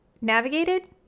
navigated